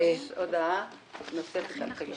אושר פה אחד.